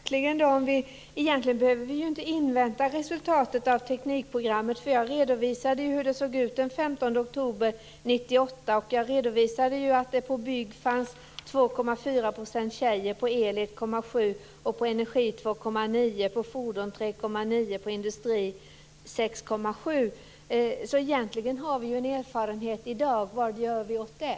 Fru talman! Egentligen behöver vi inte invänta resultatet av teknikprogrammet. Jag redovisade ju hur det såg ut den 15 oktober 1998. Jag redovisade att det fanns 2,4 % tjejer på byggprogrammet, 1,7 % på elprogrammet, 2,9 % på energiprogrammet, 3,9 % på fordonsprogrammet och 6,7 % på industriprogrammet. Egentligen har vi en erfarenhet redan i dag. Vad gör vi åt det?